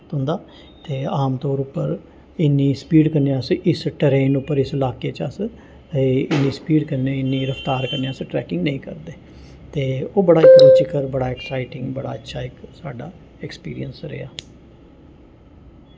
तुं'दा ते आमतौर उप्पर इ'न्नी स्पीड कन्नै अस इस ट्रेन उप्पर इस इलाके च अस एह् इ'न्नी स्पीड कन्नै इ'न्नी रफ्तार कन्नै अस ट्रैकिंग नेईं करदे ते ओह् बड़ा इक रूचिकर बड़ा एक्साइटिंग बड़ा अच्छा इक साढ़ा एक्सपीरियंस रेहा